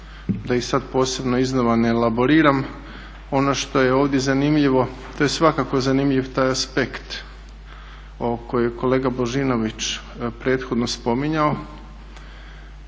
da ih sad iznova ne elaboriram. Ono što je ovdje zanimljivo to je svakako zanimljiv taj aspekt ovog kojeg je kolega Božinović prethodno spominjao.